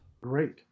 Great